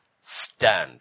stand